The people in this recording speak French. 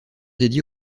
dédié